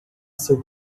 seu